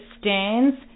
stands